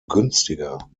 günstiger